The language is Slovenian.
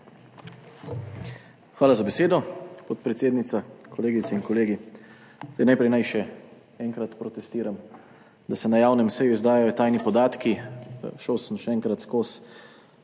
Hvala za besedo, podpredsednica. Kolegice in kolegi! Najprej naj še enkrat protestiram, da se na javni seji izdajajo tajni podatki. Šel sem še enkrat skozi